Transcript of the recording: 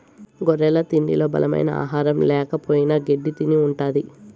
గొర్రెల తిండిలో బలమైన ఆహారం ల్యాకపోయిన గెడ్డి తిని ఉంటది